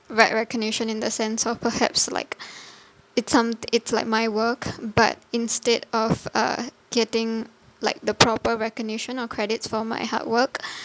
right recognition in the sense of perhaps like it's some~ it's like my work but instead of uh getting like the proper recognition or credits for my hard work